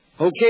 Okay